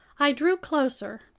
i drew closer.